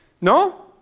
No